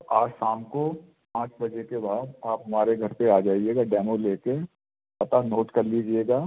आज शाम को आठ बजे के बाद आप हमारे घर पर आ जाइएगा डैमो ले कर पता नोट कर लीजिएगा